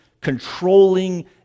controlling